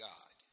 God